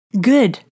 good